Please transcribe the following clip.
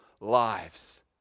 lives